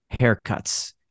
haircuts